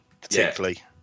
particularly